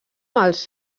els